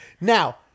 Now